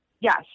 yes